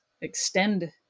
extend